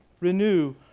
Renew